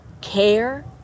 care